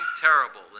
terrible